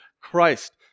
Christ